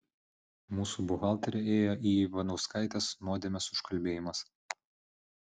mūsų buhalterė ėjo į ivanauskaitės nuodėmės užkalbėjimas